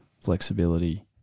flexibility